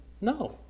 No